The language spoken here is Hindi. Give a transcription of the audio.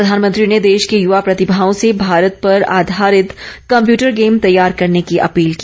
प्रधानमंत्री ने देश की युवा प्रतिभाओं से भारत पर आधारित कम्प्यूटर गेम तैयार करने की अपील की